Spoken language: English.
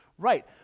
Right